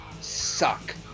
suck